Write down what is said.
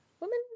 woman